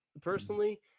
personally